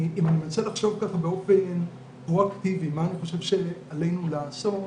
אם אני מנסה לחשוב באופן פרואקטיבי מה אני חושב שעלינו לעשות,